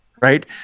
right